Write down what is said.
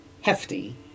hefty